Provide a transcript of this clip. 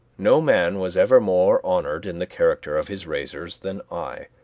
no man was ever more honored in the character of his raisers than i.